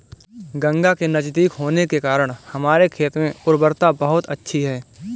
गंगा के नजदीक होने के कारण हमारे खेत में उर्वरता बहुत अच्छी है